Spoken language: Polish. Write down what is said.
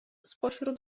spośród